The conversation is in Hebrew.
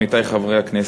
עמיתי חברי הכנסת,